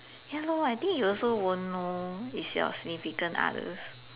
ya I think you also won't know it's your significant other